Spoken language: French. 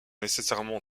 nécessairement